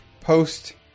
post